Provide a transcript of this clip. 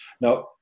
Now